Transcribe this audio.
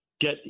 Get